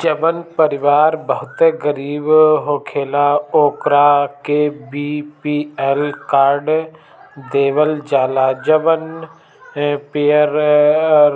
जवन परिवार बहुते गरीब होखेला ओकरा के बी.पी.एल कार्ड देवल जाला जवन पियर